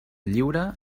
lliure